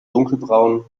dunkelbraun